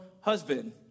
husband